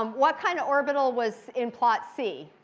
um what kind of orbital was in plot c?